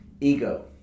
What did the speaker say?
ego